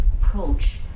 approach